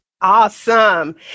Awesome